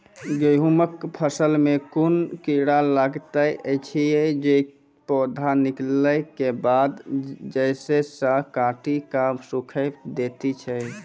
गेहूँमक फसल मे कून कीड़ा लागतै ऐछि जे पौधा निकलै केबाद जैर सऽ काटि कऽ सूखे दैति छै?